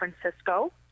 Francisco